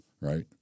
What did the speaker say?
right